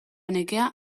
nekea